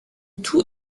tout